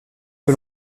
que